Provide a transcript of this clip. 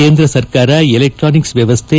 ಕೇಂದ್ರ ಸರ್ಕಾರ ಎಲೆಕ್ನಾನಿಕ್ ವ್ಯವಸ್ಥೆ